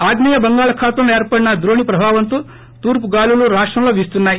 ఆగ్పేయ బంగాళాఖాతం లో ఏర్పడిన ద్రోణి ప్రభావంతో తూర్పుగాలులు రాష్టం లో వీస్తున్నాయి